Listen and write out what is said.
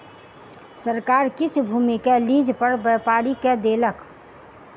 सरकार किछ भूमि के लीज पर व्यापारी के देलक